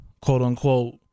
quote-unquote